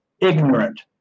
ignorant